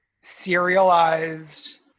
serialized